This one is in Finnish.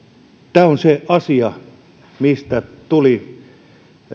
tämä on se asia mistä tuli